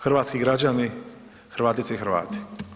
Hrvatski građani, Hrvatice i Hrvati.